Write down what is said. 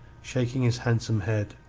shaking his handsome head.